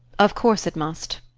of course it must.